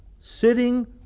Sitting